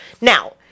Now